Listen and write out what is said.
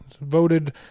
voted